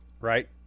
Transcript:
right